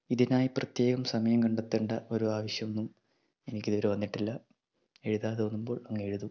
ഇതിനായി പ്രത്യേകം സമയം കണ്ടെത്തേണ്ട ഒരു ആവശ്യമൊന്നും എനിക്ക് ഇതുവരെ വന്നിട്ടില്ല എഴുതാൻ തോന്നുമ്പോൾ അങ്ങ് എഴുതും